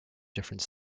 different